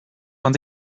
man